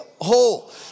whole